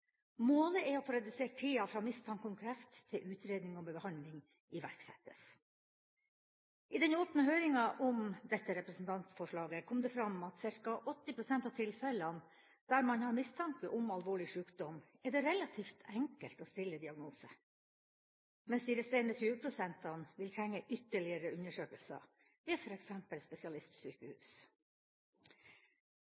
Målet er å få redusert tida fra mistanke om kreft til utredning og behandling iverksettes. I den åpne høringa om dette representantforslaget kom det fram at i ca. 80 pst. av tilfellene der man har mistanke om alvorlig sykdom, er det relativt enkelt å stille diagnose, mens de resterende 20 pst. vil trenge ytterligere undersøkelser ved